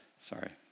Sorry